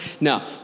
Now